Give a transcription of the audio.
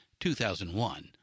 2001